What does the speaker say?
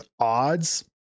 odds